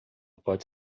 pode